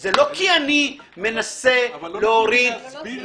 זה לא כי אני מנסה להוריד --- אבל לא נותנים לי להסביר את התשובה.